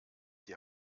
die